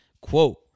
Quote